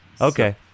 okay